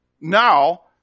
now